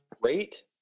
great